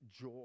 joy